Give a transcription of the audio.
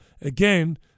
Again